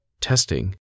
testing